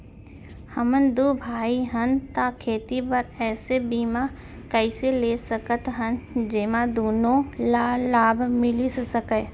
हमन दू भाई हन ता खेती बर ऐसे बीमा कइसे ले सकत हन जेमा दूनो ला लाभ मिलिस सकए?